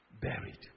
Buried